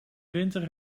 winter